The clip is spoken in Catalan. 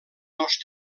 dos